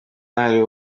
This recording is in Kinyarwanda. ahari